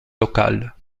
locale